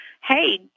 hey